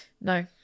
No